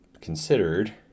considered